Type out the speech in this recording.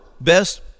best